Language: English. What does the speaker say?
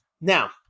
Now